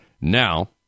Now